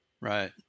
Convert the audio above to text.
Right